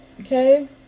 Okay